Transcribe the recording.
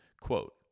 Quote